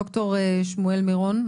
ד"ר שמואל מירון,